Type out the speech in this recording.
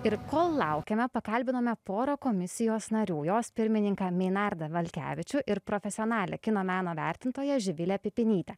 ir kol laukiame pakalbinome porą komisijos narių jos pirmininką meinardą valkevičių ir profesionalią kino meno vertintoją živilę pipinytę